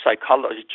psychology